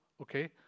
okay